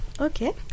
Okay